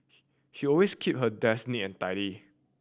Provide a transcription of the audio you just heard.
she always keep her desk neat and tidy